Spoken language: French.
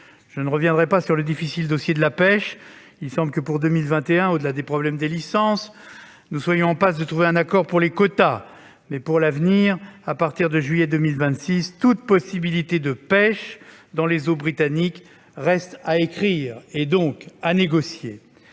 Je ne reviens pas sur le difficile dossier de la pêche ; il semble que, pour 2021, au-delà du problème des licences, nous soyons en passe de trouver un accord pour les quotas. Toutefois, pour l'avenir, à partir du mois de juillet 2026, tout accord sur la possibilité de pêcher dans les eaux britanniques reste à écrire, donc à négocier.